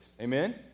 Amen